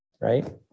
right